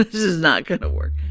this is not going to work